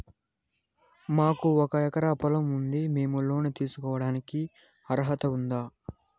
మాకు ఒక ఎకరా పొలం ఉంది మేము లోను తీసుకోడానికి అర్హత ఉందా